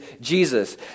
Jesus